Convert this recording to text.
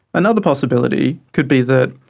another possibility could be that,